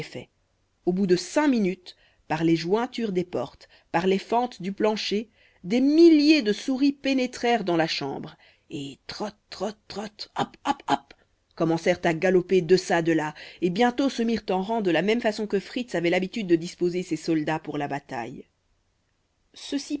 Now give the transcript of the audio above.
au bout de cinq minutes par les jointures des portes par les fentes du plancher des milliers de souris pénétrèrent dans la chambre et trott trott trott hopp hopp hopp commencèrent à galoper deçà delà et bientôt se mirent en rang de la même façon que fritz avait l'habitude de disposer ses soldats pour la bataille ceci